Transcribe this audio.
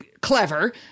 clever